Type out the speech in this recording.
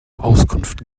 auskunft